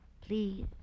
Please